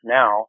now